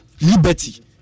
Liberty